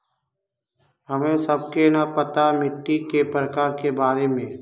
हमें सबके न पता मिट्टी के प्रकार के बारे में?